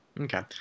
Okay